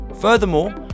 Furthermore